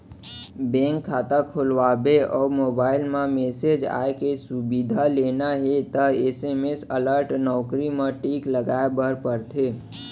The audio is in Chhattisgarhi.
बेंक खाता खोलवाबे अउ मोबईल म मेसेज आए के सुबिधा लेना हे त एस.एम.एस अलर्ट नउकरी म टिक लगाए बर परथे